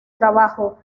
trabajo